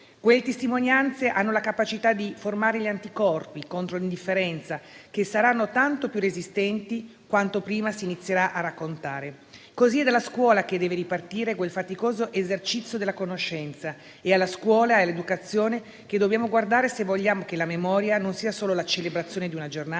Quelle testimonianze hanno la capacità di formare gli anticorpi contro l'indifferenza, che saranno tanto più resistenti quanto prima si inizierà a raccontare. È dalla scuola che deve ripartire quel faticoso esercizio della conoscenza; è alla scuola e all'educazione che dobbiamo guardare se vogliamo che la memoria non sia solo la celebrazione di una giornata